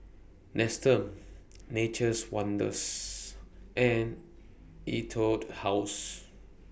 Nestum Nature's Wonders and Etude House